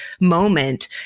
moment